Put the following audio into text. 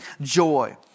joy